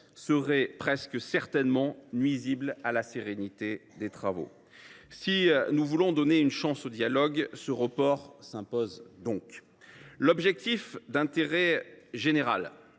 serait presque certainement nuisible à la sérénité des travaux. Si nous voulons donner une chance au dialogue, ce report s’impose donc. L’objectif d’intérêt général